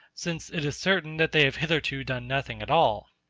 since it is certain that they have hitherto done nothing at all.